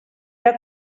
era